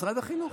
משרד החינוך.